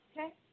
Okay